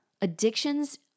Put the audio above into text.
addictions